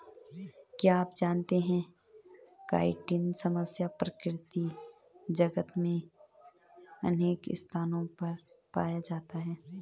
क्या आप जानते है काइटिन समस्त प्रकृति जगत में अनेक स्थानों पर पाया जाता है?